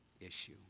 issue